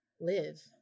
live